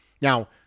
Now